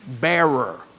bearer